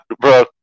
bro